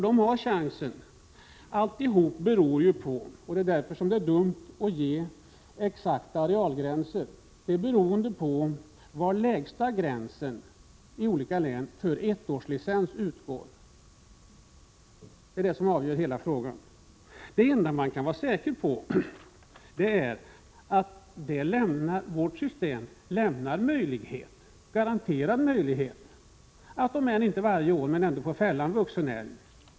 De har chansen. Allt beror på var lägsta gränsen i olika län för ettårslicenser går. Det är därför dumt att ge exakta arealgränser. Det är det som avgör hela frågan. Det enda man kan vara säker på är att vårt system lämnar garanterad möjlighet att, om än inte varje år, få fälla en vuxen älg.